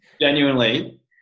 Genuinely